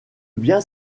bien